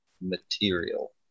material